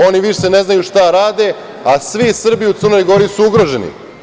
Oni više ne znaju šta rade, a svi Srbi u Crnoj Gori su ugroženi.